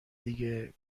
دیگه